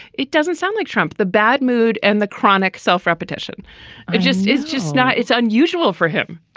it doesn't sound like trump the bad mood and the chronic self repetition. it just is just not it's unusual for him.